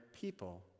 people